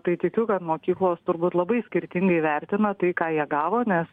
tai tikiu kad mokyklos turbūt labai skirtingai vertina tai ką jie gavo nes